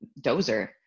Dozer